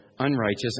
unrighteous